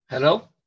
Hello